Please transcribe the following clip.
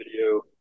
video